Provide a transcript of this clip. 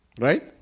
right